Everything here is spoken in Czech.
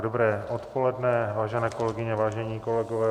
Dobré odpoledne, vážené kolegyně, vážení kolegové.